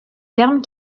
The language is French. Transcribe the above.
termes